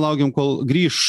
laukiam kol grįš